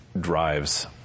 drives